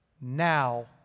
now